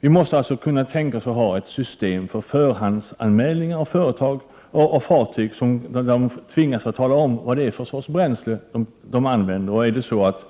Vi måste alltså ha ett system med förhandsanmälan, där fartygen tvingas tala om vad det är för sorts bränsle de använder. Är det så att